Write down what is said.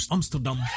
Amsterdam